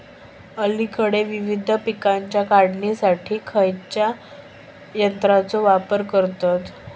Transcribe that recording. अलीकडे विविध पीकांच्या काढणीसाठी खयाच्या यंत्राचो वापर करतत?